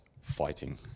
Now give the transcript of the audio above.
fighting